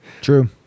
True